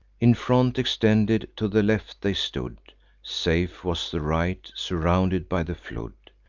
in front extended to the left they stood safe was the right, surrounded by the flood.